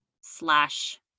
slash